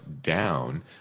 down